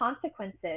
consequences